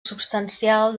substancial